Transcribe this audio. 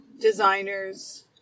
designers